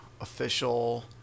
official